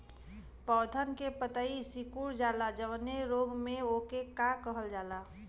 पौधन के पतयी सीकुड़ जाला जवने रोग में वोके का कहल जाला?